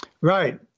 Right